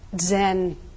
Zen